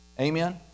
Amen